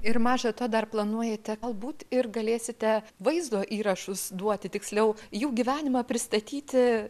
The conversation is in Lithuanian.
ir maža to dar planuojate galbūt ir galėsite vaizdo įrašus duoti tiksliau jų gyvenimą pristatyti